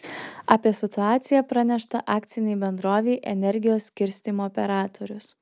apie situaciją pranešta akcinei bendrovei energijos skirstymo operatorius